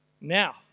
Now